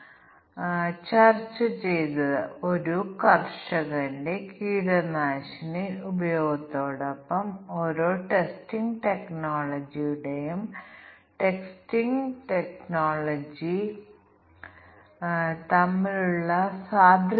ഒരു കാര്യം തുല്യതാ ക്ലാസ് ടെസ്റ്റിംഗിലും ഒരു പ്രത്യേക മൂല്യ പരിശോധനയിലും പരാമീറ്ററുകളുടെ എണ്ണം ഉയരുമ്പോൾ ടെസ്റ്റ് കേസുകൾ രൂപകൽപ്പന ചെയ്യുന്നതിൽ ഞങ്ങൾക്ക് ബുദ്ധിമുട്ട് ഉണ്ടാകും